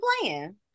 playing